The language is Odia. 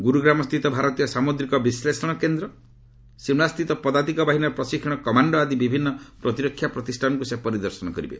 ଗୁରୁଗ୍ରାମ୍ ସ୍ଥିତ ଭାରତୀୟ ସାମୁଦ୍ରିକ ବିଶ୍ଳେଷଣ କେନ୍ଦ ସିମଲା ସ୍ଥିତ ପଦାତିକ ବାହିନୀର ପ୍ରଶିକ୍ଷଣ କମାଣ୍ଡ ଆଦି ବିଭିନ୍ନ ପ୍ରତିରକ୍ଷା ପ୍ରତିଷ୍ଠାନକୁ ସେ ପରିଦର୍ଶନ କରିବେ